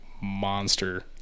monster